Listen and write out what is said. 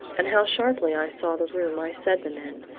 and how sharply i saw the room i said them in,